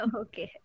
okay